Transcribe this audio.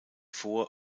vor